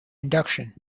induction